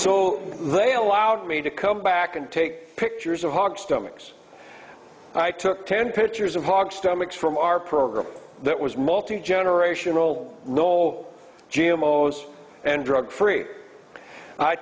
so they allowed me to come back and take pictures of hog stomachs i took ten pitchers of hog stomachs from our program that was multigenerational lol g m o's and drug free i